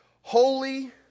Holy